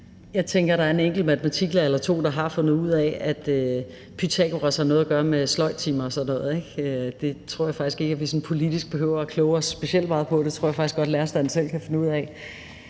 jeg tænker, at der er en enkelt matematiklærer eller to, der har fundet ud af, at Pythagoras har noget at gøre med sløjdtimer og sådan noget. Det tror jeg faktisk ikke vi politisk behøver kloge os specielt meget på – det tror jeg faktisk godt lærerstanden selv kan finde ud af.